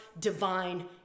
divine